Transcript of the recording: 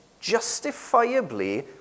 justifiably